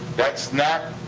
that's not.